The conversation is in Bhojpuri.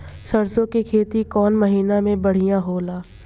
सरसों के खेती कौन महीना में बढ़िया होला?